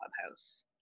clubhouse